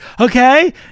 okay